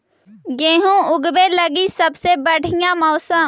गेहूँ ऊगवे लगी सबसे बढ़िया मौसम?